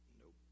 nope